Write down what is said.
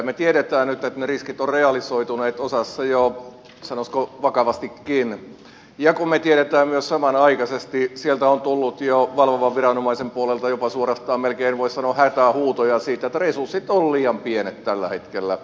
me tiedämme nyt että ne riskit ovat realisoituneet osassa jo sanoisiko vakavastikin ja me tiedämme myös samanaikaisesti sieltä on tullut jo valvovan viranomaisen puolelta jopa suorastaan melkein voisi sanoa hätähuutoja siitä että resurssit ovat liian pienet tällä hetkellä